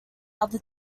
other